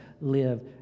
live